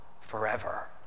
forever